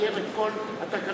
נקיים את כל התקנון,